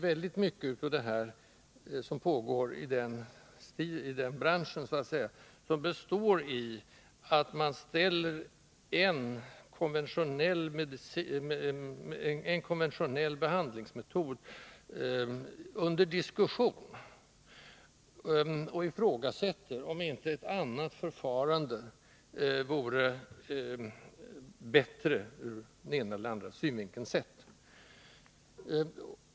Väldigt mycket av det som pågår i den ”branschen” består i att man ställer en konventionell behandlingsmetod under diskussion och ifrågasätter om inte ett annat förfarande vore bättre ur den ena eller andra synvinkeln sett.